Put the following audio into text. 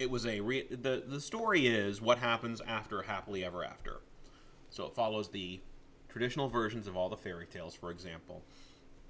it was a the story is what happens after happily ever after so it follows the traditional versions of all the fairy tales for example